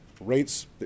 rates